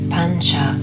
Pancha